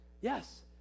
yes